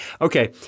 Okay